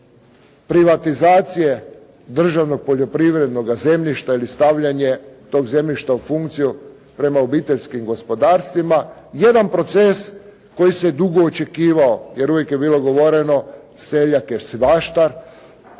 privatizacije državnog poljoprivrednog zemljišta ili stavljanje tog zemljišta u funkciju prema obiteljskim gospodarstvima. Jedan proces koji se dugo očekivao, jer uvijek je bilo govoreno seljak je svaštar,